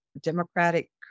democratic